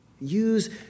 Use